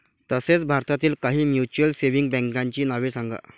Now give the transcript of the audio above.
तसेच भारतातील काही म्युच्युअल सेव्हिंग बँकांची नावे सांगा